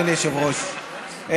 אדוני היושב-ראש,